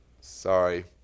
Sorry